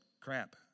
crap